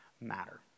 matter